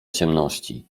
ciemności